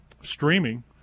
streaming